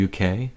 UK